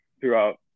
throughout